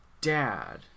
dad